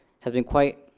has been quite